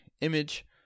image